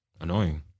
annoying